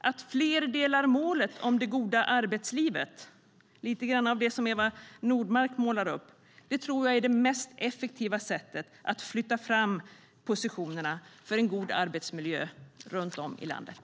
Att fler delar målet om det goda arbetslivet, lite i linje med det som Eva Nordmark målar upp, är nog det mest effektiva sättet att flytta fram positionerna för en god arbetsmiljö runt om i landet.